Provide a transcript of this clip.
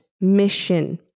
mission